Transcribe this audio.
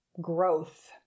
growth